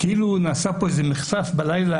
כאילו נעשה איזה מחטף בלילה,